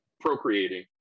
procreating